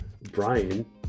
Brian